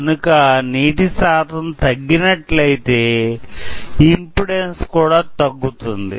కనుక నీటి శాతం తగ్గినట్లయితే ఇమ్పెడాన్సు కూడా తగ్గుతుంది